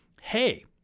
Hey